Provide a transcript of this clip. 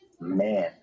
Man